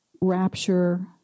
rapture